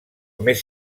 més